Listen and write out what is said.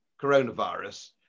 coronavirus